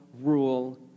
rule